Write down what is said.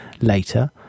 Later